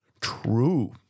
true